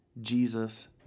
Jesus